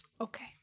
Okay